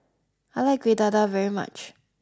I like kueh dadar very much